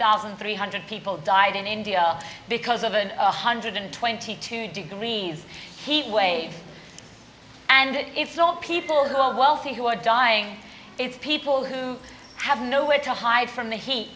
thousand three hundred people died in india because of a one hundred twenty two degrees heat wave and it's not people who are wealthy who are dying it's people who have nowhere to hide from the heat